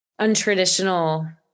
untraditional